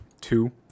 two